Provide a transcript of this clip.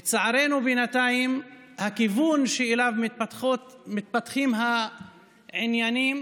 לצערנו, הכיוון שאליו מתפתחים העניינים